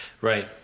Right